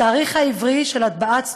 התאריך העברי של הטבעת "סטרומה"